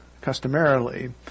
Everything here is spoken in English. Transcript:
customarily